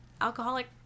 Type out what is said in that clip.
alcoholic